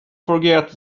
forget